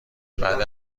بعد